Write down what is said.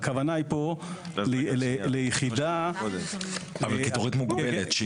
והכוונה פה היא ליחידה --- אבל קיטורית מוגבלת.